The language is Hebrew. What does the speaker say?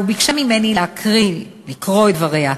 וביקשה ממני לקרוא את דבריה.